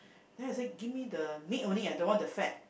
then I say give me the meat only I don't want the fat